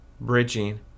bridging